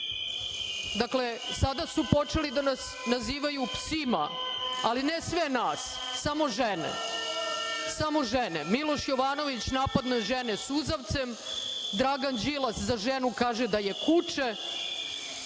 Dakle, sada su počeli da nas pozivaju psima, ali ne sve nas, samo žene. Miloš Jovanović napadne žene suzavcem, Dragan Đilas za ženu kaže da je